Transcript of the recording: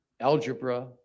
algebra